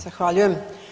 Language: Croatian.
Zahvaljujem.